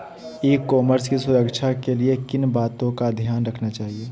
E commerce की सुरक्षा के लिए किन बातों का ध्यान रखना चाहिए?